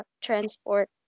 transport